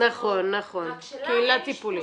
רק שלה אין אשפוזית.